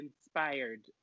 inspired